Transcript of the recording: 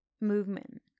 movement